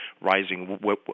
rising